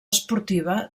esportiva